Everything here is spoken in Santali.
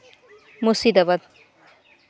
ᱢᱩᱨᱥᱤᱫᱟᱵᱟᱫ